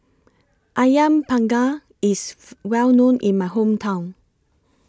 Ayam Panggang IS Well known in My Hometown